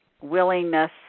willingness